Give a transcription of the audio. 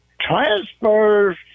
transfers